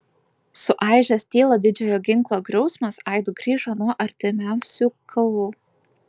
suaižęs tylą didžiojo ginklo griausmas aidu grįžo nuo artimiausių kalvų